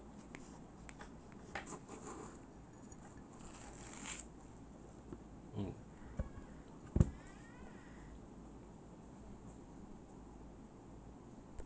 mm